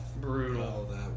brutal